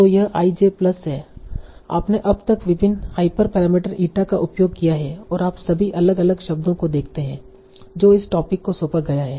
तो यह ij plus है आपने अब तक विभाजित हाइपर पैरामीटर ईटा का उपयोग किया है और आप सभी अलग अलग शब्दों को देखते हैं जो इस टोपिक को सौंपा गया है